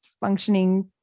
functioning